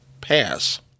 pass